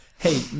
Hey